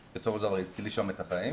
בסופו של דבר הציל לי שם את החיים,